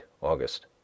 August